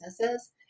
businesses